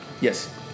Yes